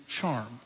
charm